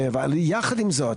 אבל יחד עם זאת,